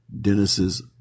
Dennis's